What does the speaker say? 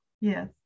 yes